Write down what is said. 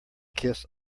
kiss